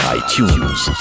iTunes